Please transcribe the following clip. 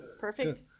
Perfect